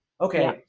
Okay